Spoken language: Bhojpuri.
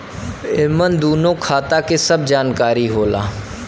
एमन दूनो खाता के सब जानकारी होला